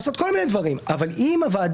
היא יכולה לעשות כל מיני דברים אבל אם הוועדה